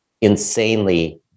insanely